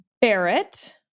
Barrett